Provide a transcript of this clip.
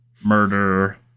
murder